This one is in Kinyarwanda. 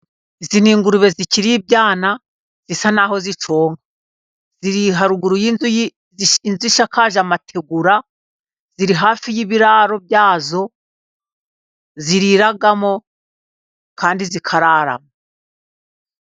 Izi ni ingurube zikiri ibyana zisa n'aho zicyonka, ziri haruguru y'inzu ishakaje amategura, ziri hafi y'ibiraro byazo ziriramo kandi zikararamo.